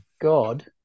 god